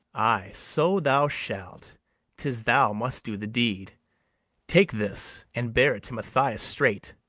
ay, so thou shalt tis thou must do the deed take this, and bear it to mathias straight,